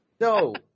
No